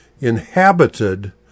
inhabited